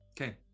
Okay